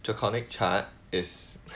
geochronic chart is